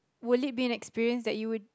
will it be an experience that you would